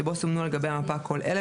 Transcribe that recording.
שבו סומנו על גבי המפה כל אלה,